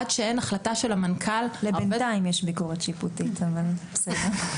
ועד שאין החלטה של המנכ"ל --- יש ביקורת שיפוטית לבינתיים...